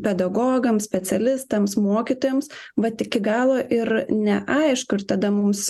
pedagogams specialistams mokytojams vat iki galo ir neaišku ir tada mums